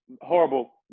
Horrible